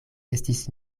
estis